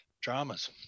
dramas